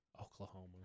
Oklahoma